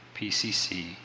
PCC